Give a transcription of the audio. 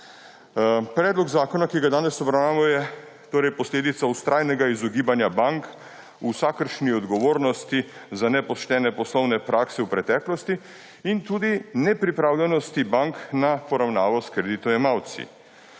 Predlog zakona, ki ga danes obravnavamo, je torej posledica vztrajnega izogibanja bank vsakršni odgovornosti za nepoštene poslovne prakse v preteklosti in tudi nepripravljenosti bank na poravnavo s kreditojemalci.